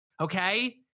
okay